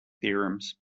theorems